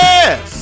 Yes